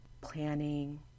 planning